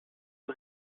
une